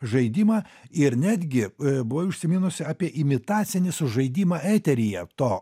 žaidimą ir netgi buvai užsiminus apie imitacinį sužaidimą eteryje to